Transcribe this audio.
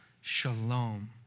Shalom